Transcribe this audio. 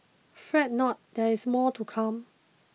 fret not there is more to come